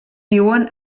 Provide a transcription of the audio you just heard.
viuen